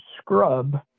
scrub